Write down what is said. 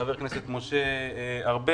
חבר הכנסת משה ארבל.